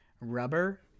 rubber